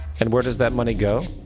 and where does that money go?